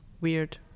weird